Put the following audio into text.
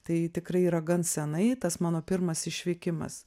tai tikrai yra gan senai tas mano pirmas išvykimas